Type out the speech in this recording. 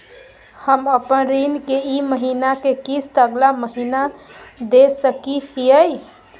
हम अपन ऋण के ई महीना के किस्त अगला महीना दे सकी हियई?